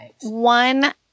one